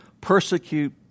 persecute